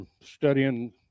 studying